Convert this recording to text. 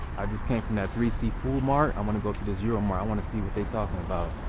i just came from that three c food mart. i want to go to this euro mart. i want to see what they're talking about.